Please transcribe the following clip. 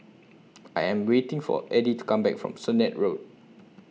I Am waiting For Edie to Come Back from Sennett Road